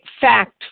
fact